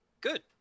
Good